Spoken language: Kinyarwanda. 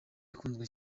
ikunzwe